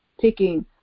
taking